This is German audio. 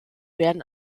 werden